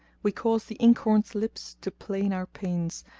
we cause the inkhorn's lips to plain our pains,